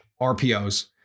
RPOs